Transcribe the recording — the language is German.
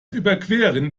überqueren